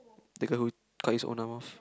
the guy who cut his own arm off